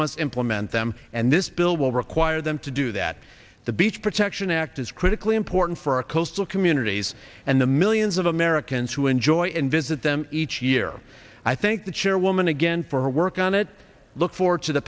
must implement them and this bill will require them to do that the beach protection act is critically important for our coastal communities and the millions of americans who enjoy and visit them each year i think the chairwoman again for her work on it look forward to the